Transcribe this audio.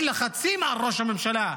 הוא הפעיל לחצים על ראש הממשלה,